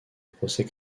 procès